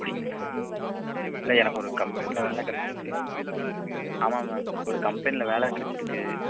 அப்பிடிங்களா இல்லை எனக்கொரு கம்பெனில் வேலை கிடச்சிருக்கு ஆமாம் மேம் ஒரு கம்பெனியில வேலை கிடச்சிருக்கு